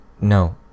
No